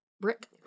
brick